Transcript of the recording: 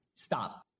Stop